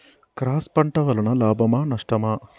Cross పంట వలన లాభమా నష్టమా?